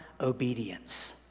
obedience